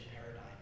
paradigm